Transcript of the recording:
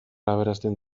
aberasten